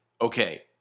okay